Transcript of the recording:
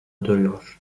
duruyor